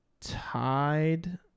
tied